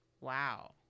Wow